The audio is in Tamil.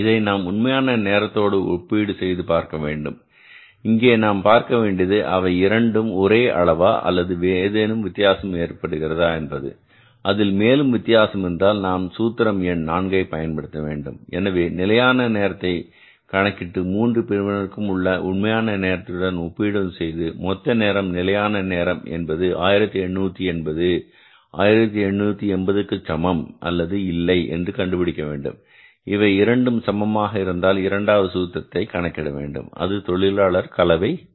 இதை நாம் உண்மையான நேரத்துடன் ஒப்பீடு செய்து பார்க்கவேண்டும் இங்கே நாம் பார்க்க வேண்டியது அவை இரண்டும் ஒரே அளவா அல்லது ஏதேனும் வித்தியாசம் தொடர்கிறதா என்பது அதில் மேலும் வித்தியாசம் இருந்தால் நாம் சூத்திரம் எண் நான்கை பயன்படுத்த வேண்டும் எனவே நிலையான நேரத்தை கணக்கிட்டு 3 பிரிவினருக்கும் உள்ள உண்மையான நேரத்துடன் ஒப்பீடு செய்து மொத்த நேரம் நிலையான நேரம் என்பது 1880 என்பது 1880 க்கு சமம் அல்லது இல்லை என்று கண்டுபிடிக்க வேண்டும் இவை இரண்டும் சமமாக இருந்தால் இரண்டாவது சூத்திரத்தை கணக்கிட வேண்டும் அது தொழிலாளர் கலவை மாறுபாடு